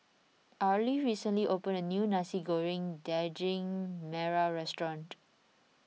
Arly recently opened a new Nasi Goreng Daging Merah restaurant